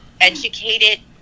educated